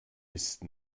ist